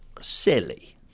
silly